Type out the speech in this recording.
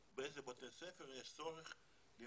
נכון.